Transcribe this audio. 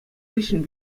хыҫҫӑн